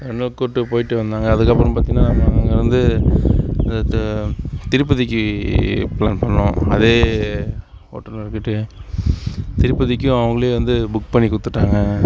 கூட்டு போய்ட்டு வந்தாங்கள் அதுக்கப்புறம் பார்த்தீங்கன்னா நம்ம அங்கேருந்து அது திருப்பதிக்கு ப்ளான் பண்ணோம் அதே ஓட்டுநர் கிட்டயே திருப்பதிக்கும் அவங்களே வந்து புக் பண்ணி கொடுத்துட்டாங்க